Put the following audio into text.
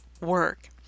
work